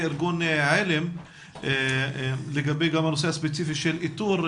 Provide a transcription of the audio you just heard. ארגון עלם לגבי הנושא הספציפי של איתור,